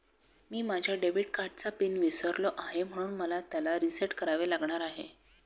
मी माझ्या डेबिट कार्डचा पिन विसरलो आहे म्हणून मला त्याला रीसेट करावे लागणार आहे